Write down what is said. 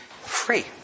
free